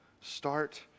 Start